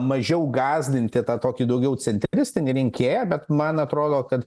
mažiau gąsdinti tą tokį daugiau centristinį rinkėją bet man atrodo kad